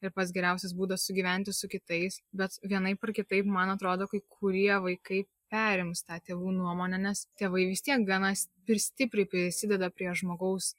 ir pats geriausias būdas sugyventi su kitais bet vienaip ar kitaip man atrodo kai kurie vaikai perims tą tėvų nuomonę nes tėvai vis tiek gana stipriai prisideda prie žmogaus